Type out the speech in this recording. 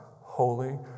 holy